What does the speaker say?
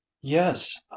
Yes